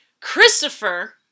christopher